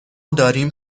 داریم